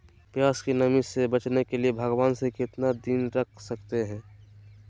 प्यास की नामी से बचने के लिए भगवान में कितना दिन रख सकते हैं?